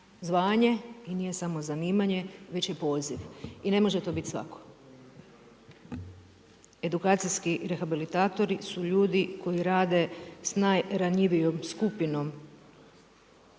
zvanje i nije samo zanimanje već je poziv i ne može to biti svako. Edukacijski rehabilitatori su ljudi koji rade s najranjivijom skupinom